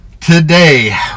today